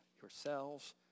yourselves